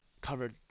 covered